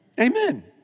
Amen